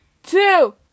Two